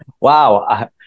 Wow